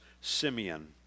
Simeon